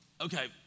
okay